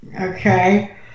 Okay